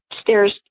stairs